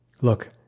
Look